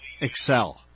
excel